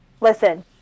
listen